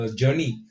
journey